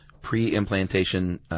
pre-implantation